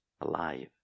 alive